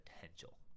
potential